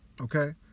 Okay